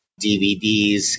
DVDs